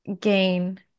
gain